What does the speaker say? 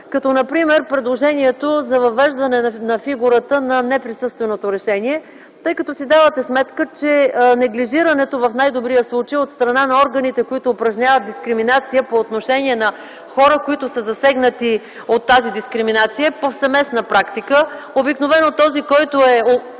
като например предложението за въвеждане на фигурата на „неприсъственото решение”. Давате си сметка, че неглижирането в най-добрия случай от страна на органите, които упражняват дискриминация по отношение на хора, засегнати от тази дискриминация, е повсеместна практика. Обикновено обвиненият, че